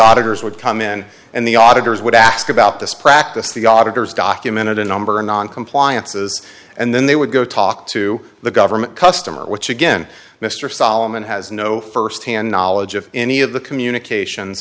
auditors would come in and the auditors would ask about this practice the auditors documented a number noncompliance of this and then they would go talk to the government customer which again mr solomon has no firsthand knowledge of any of the communication